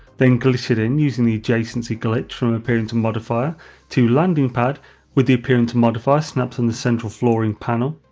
then glitch it in using the adjacency glitch from appearance modifier to landing pad with the appearance modifier snapped on the central flooring panel.